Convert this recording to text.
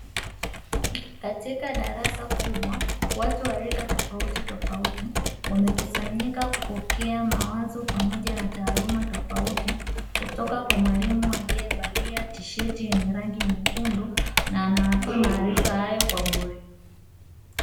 Katika darasa kubwa, watu wa rika tofautitofauti, wamekusanyika kupokea mawazo pamoja na taaluma tofauti, kutoka kwa mwalimu aliyevalia tisheti yenye rangi nyekundu, na anawapa maarifa hayo kwa bure.